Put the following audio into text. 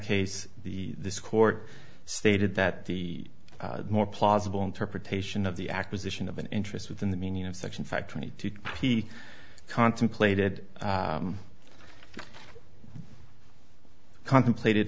case the court stated that the more plausible interpretation of the acquisition of an interest within the meaning of section five twenty two to be contemplated contemplated